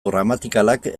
gramatikalak